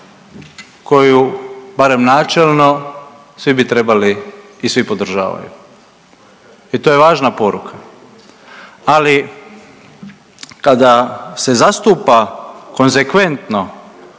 koju barem načelno svi bi trebali i svi podržavaju. I to je važna poruka, ali kada se zastupa konzekventno